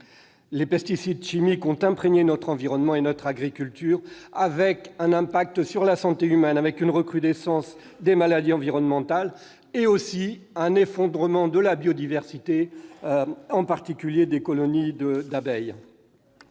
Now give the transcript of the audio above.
Les pesticides chimiques, qui ont imprégné notre environnement et notre agriculture, ont un impact sur la santé humaine. On observe une recrudescence des maladies environnementales et un effondrement de la biodiversité, en particulier des colonies d'abeilles.